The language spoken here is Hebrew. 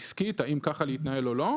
אבל זה לגמרי החלטה עסקית האם להתנהל כך או לא.